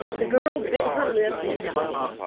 the girl bit her lip and nodded.